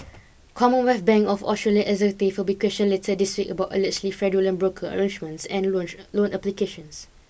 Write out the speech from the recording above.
Commonwealth Bank of Australia executives will be questioned later this week about allegedly fraudulent broker arrangements and loan loan applications